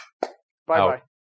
bye-bye